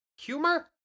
humor